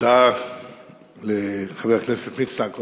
תודה לחבר הכנסת מצנע,